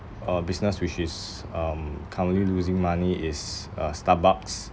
a business which is um currently losing money is uh starbucks